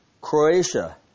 Croatia